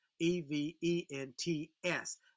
E-V-E-N-T-S